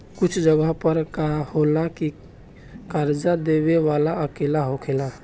कुछ जगह पर का होला की कर्जा देबे वाला अकेला होखेला